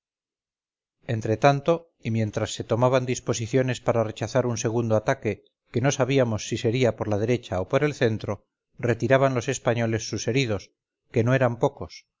francés entretanto y mientras se tomaban disposiciones para rechazar un segundo ataque que no sabíamos si sería por la derecha o por el centro retiraban los españoles sus heridos que no eran pocos